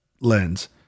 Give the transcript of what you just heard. lens